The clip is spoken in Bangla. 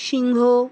সিংহ